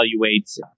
evaluates